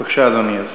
בבקשה, אדוני השר.